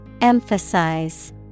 Emphasize